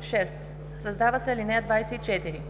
6. Създава се ал. 24: